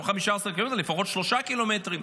לא 15 ק"מ, לפחות שלושה ק"מ.